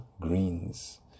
greens